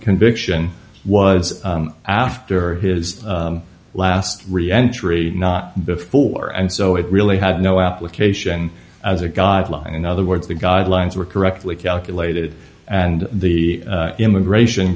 conviction was after his last three entry not before and so it really had no application as a guideline in other words the guidelines were correctly calculated and the immigration